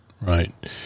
right